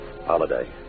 Holiday